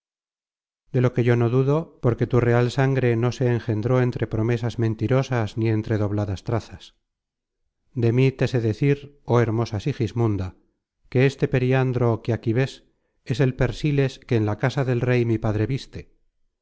de lo que yo no dudo porque tu real sangre no se engendró entre promesas mentirosas ni entre dobladas trazas de mí te sé decir joh hermosa sigismunda que este periandro que aquí ves es el persiles que en la casa del rey mi padre viste